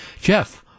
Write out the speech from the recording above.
Jeff